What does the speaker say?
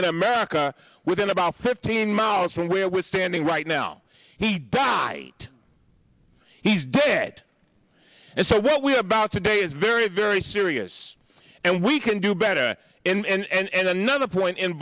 in america within about fifteen miles from where we're standing right now he died he's dead and so what we're about today is very very serious and we can do better and another point in